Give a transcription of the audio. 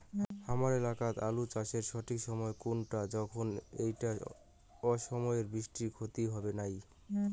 হামার এলাকাত আলু চাষের সঠিক সময় কুনটা যখন এইটা অসময়ের বৃষ্টিত ক্ষতি হবে নাই?